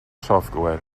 software